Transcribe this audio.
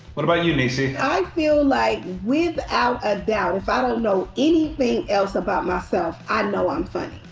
what about you, niecy? i feel like without a doubt if i don't know anything else about myself, i know i'm funny.